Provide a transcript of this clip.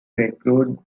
recruit